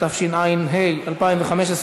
התשע"ה 2015,